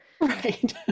right